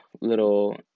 little